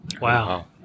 wow